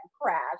crash